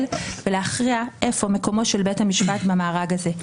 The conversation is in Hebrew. ולהכריע איפה מקומו של בית המשפט במארג הזה.